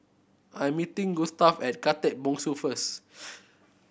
I am meeting Gustav at Khatib Bongsu first